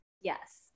yes